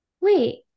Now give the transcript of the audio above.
wait